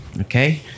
okay